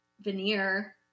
veneer